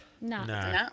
No